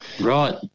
Right